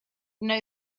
know